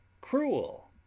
Cruel